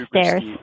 stairs